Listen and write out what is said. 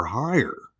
higher